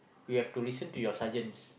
you have to listen to your sergeants